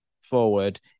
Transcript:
forward